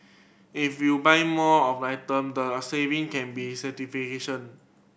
if you buy more of item the saving can be certification